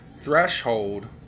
threshold